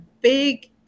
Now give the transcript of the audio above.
big